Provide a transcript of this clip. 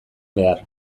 behar